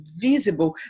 visible